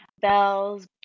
bells